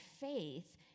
faith